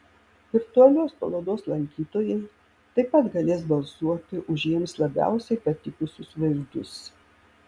virtualios parodos lankytojai taip pat galės balsuoti už jiems labiausiai patikusius vaizdus